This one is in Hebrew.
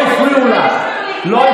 הם הפריעו לי,